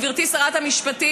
גברתי שרת המשפטים,